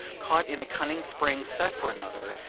caught in a cunning spring set for another,